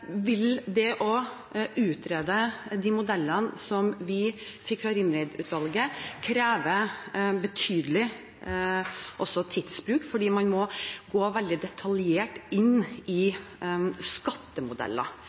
vil det å utrede de modellene som vi fikk fra Rimmereid-utvalget, kreve betydelig tidsbruk, fordi man må gå veldig detaljert inn i skattemodeller,